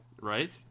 right